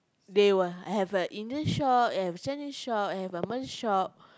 they will have a Indian shop have a Chinese shop have a malay shop